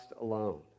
alone